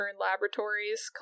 Laboratories